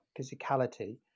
physicality